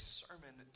sermon